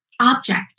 object